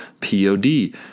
P-O-D